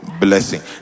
blessing